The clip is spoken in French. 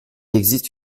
existe